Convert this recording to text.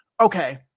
okay